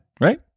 Right